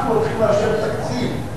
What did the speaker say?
אנחנו הולכים לאשר תקציב,